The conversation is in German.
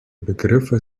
begriffe